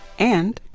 and,